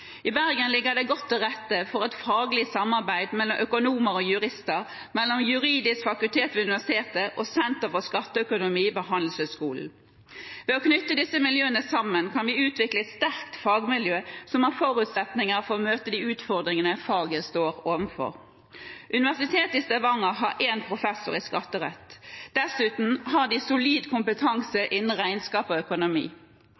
I Bergen ligger det godt til rette for et faglig samarbeid mellom økonomer og jurister – mellom Det juridiske fakultet ved universitetet og senteret for skatteøkonomi ved Handelshøyskolen. Ved å knytte disse miljøene sammen kan vi utvikle et sterkt fagmiljø som har forutsetninger for å møte de utfordringene faget står overfor. Universitetet i Stavanger har én professor i skatterett. Dessuten har de solid